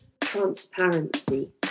transparency